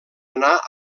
anar